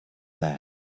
there